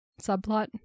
subplot